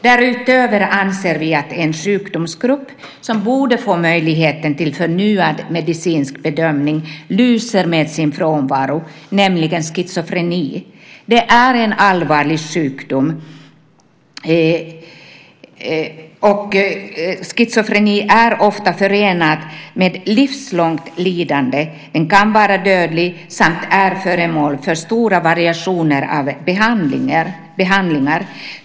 Därutöver anser vi att en sjukdomsgrupp som borde få möjligheten till förnyad medicinsk bedömning lyser med sin frånvaro, nämligen de med schizofreni. Det är en allvarlig sjukdom. Schizofreni är ofta förenad med livslångt lidande. Den kan vara dödlig och är föremål för stora variationer i behandlingar.